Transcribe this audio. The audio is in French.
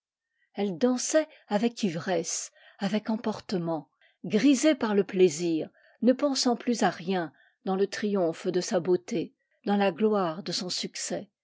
elle dansait avec ivresse avec emportement grisée par le plaisir ne pensant plus à rien dans le triomphe de sa beauté dans la gloire de son succès